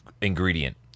ingredient